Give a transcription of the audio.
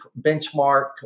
benchmark